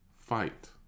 fight